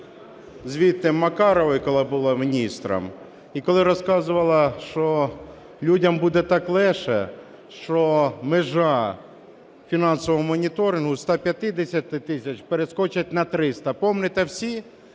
Маркарової, яка була міністром, і коли розказувала, що людям буде так легше, що межа фінансового моніторингу з 150 тисяч перескочить на 300. Пам'ятаєте всі?